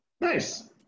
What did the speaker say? Nice